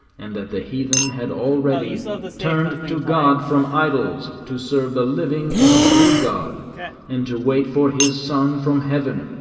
and that the heathen had already turned to god from idols to serve the living and true god and to wait for his son from heaven,